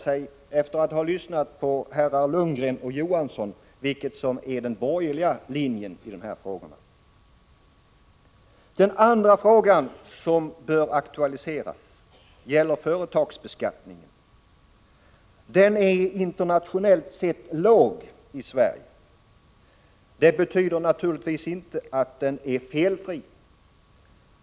Efter att ha lyssnat på herrar Lundgren och Johansson, kan man fråga sig vilken som är den borgerliga linjen i dessa frågor. Den andra frågan som bör aktualiseras gäller företagsbeskattningen. Den är internationellt sett låg i Sverige. Det betyder naturligtvis inte att den är felfri.